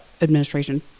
administration